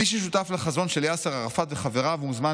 "מי ששותף לחזן של יאסר עראפת וחבריו מוזמן